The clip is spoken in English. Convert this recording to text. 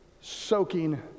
soaking